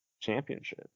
championship